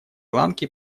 ланки